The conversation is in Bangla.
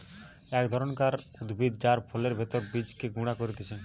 এক ধরণকার উদ্ভিদ যার ফলের ভেতরের বীজকে গুঁড়া করতিছে